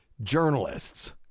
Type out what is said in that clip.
journalists